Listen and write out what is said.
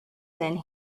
than